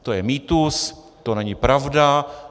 To je mýtus, to není pravda.